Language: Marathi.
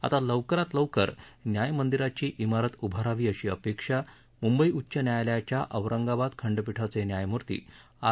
आता लवकरात लवकर न्याय मंदिराची इमारत उभारावी अशी अपेक्षा मुंबई उच्च न्यायालयाच्या औरंगाबाद खंडपीठाचे न्यायमूर्ती आर